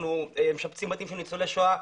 אנחנו משפצים בתים של ניצולי שואה.